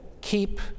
Keep